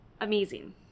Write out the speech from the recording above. amazing